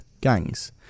gangs